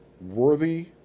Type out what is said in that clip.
worthy